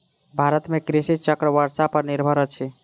भारत में कृषि चक्र वर्षा पर निर्भर अछि